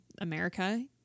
America